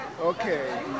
Okay